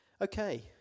Okay